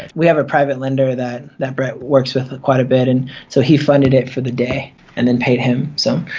we have a private lender that that brett works with quite a bit and so he funded it for the day and then paid him. so